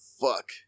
fuck